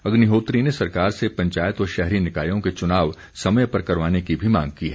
अग्निहोत्री ने सरकार से पंचायत व शहरी निकायों के चुनाव समय पर करवाने की भी मांग की है